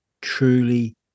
truly